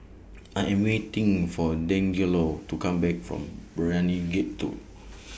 I Am waiting For Deangelo to Come Back from Brani Gate two